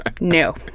No